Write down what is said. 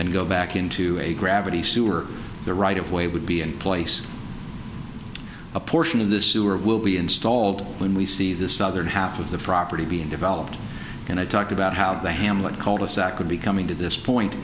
and go back into a gravity sewer the right of way would be in place a portion of the sewer will be installed when we see the southern half of the property being developed and i talked about how the hamlet called us that could be coming to this point